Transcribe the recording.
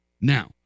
Now